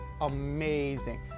amazing